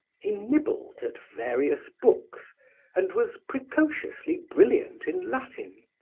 he nibbled at various books and was precociously brilliant in latin.